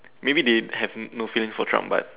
maybe they had no feeling for Trump but